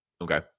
Okay